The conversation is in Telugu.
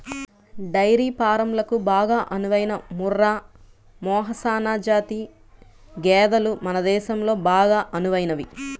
డైరీ ఫారంలకు బాగా అనువైన ముర్రా, మెహసనా జాతి గేదెలు మన దేశంలో బాగా అనువైనవి